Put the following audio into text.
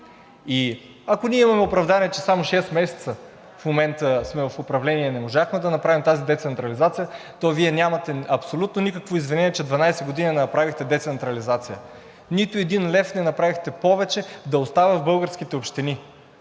Ако ние имаме оправдание, че само шест месеца в момента сме в управление и не можахме да направим тази децентрализация, то Вие нямате абсолютно никакво извинение, че 12 години не направихте децентрализация. Нито един лев не направихте повече да остава в българските общини.